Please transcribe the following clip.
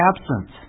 absent